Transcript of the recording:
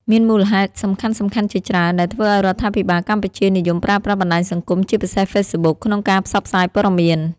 មានមូលហេតុសំខាន់ៗជាច្រើនដែលធ្វើឱ្យរដ្ឋាភិបាលកម្ពុជានិយមប្រើប្រាស់បណ្ដាញសង្គម ជាពិសេស Facebook ក្នុងការផ្សព្វផ្សាយព័ត៌មាន។